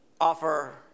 offer